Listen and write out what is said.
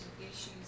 issues